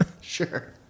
Sure